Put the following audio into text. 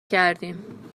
کردیم